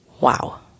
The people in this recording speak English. wow